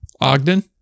Ogden